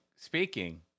Speaking